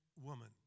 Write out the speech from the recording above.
woman